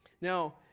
Now